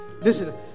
Listen